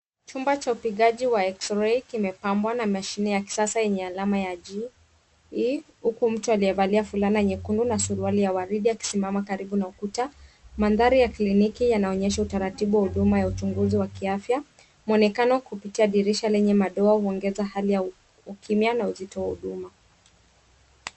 Chumba cha upigaji wa x-ray kimepambwa na mashine ya kisasa yenye alama ya G.Huku mtu aliyevalia fulana nyekundu na suruali ya waridi akisimama karibu na ukuta. Mandhari ya kliniki yanaonyesha utaratibu wa huduma ya uchunguzi wa kiafya, mwonekano kupitia dirisha lenye madoa uongeza hali ya ukimya na uzito wa huduma.